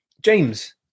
James